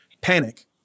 panic